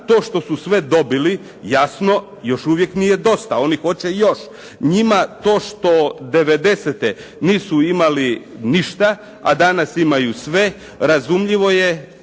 to što su sve dobili jasno još nije dosta, oni hoće još, njima to što 90. nisu imali ništa, a danas imaju sve razumljivo je